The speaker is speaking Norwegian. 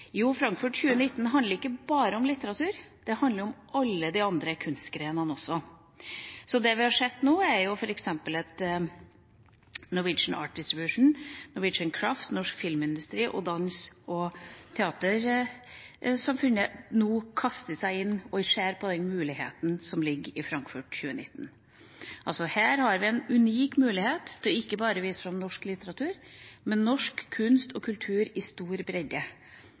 Jo, Frankfurt 2019 handler ikke bare om litteratur, det handler om alle de andre kunstgrenene også. Det vi har sett nå, er f.eks. at Norwegian Artist Fusion, Norwegian Crafts, Norsk Filmindustri og Danse- og teatersentrum nå kaster seg inn og ser på muligheten som ligger i Frankfurt 2019. Her har vi en unik mulighet til ikke bare å vise fram norsk litteratur, men norsk kunst og kultur i stor